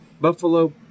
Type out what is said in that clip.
Buffalo